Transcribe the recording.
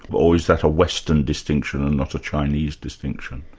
but or is that a western distinction and not a chinese distinction?